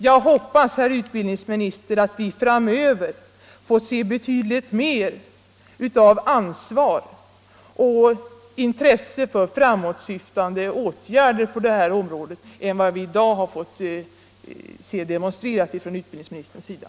Jag hoppas, herr utbildningsminister, att vi framöver får se betydligt mer av ansvar och intresse för framåtsyftande åtgärder på detta område än utbildningsministern i dag har demonstrerat.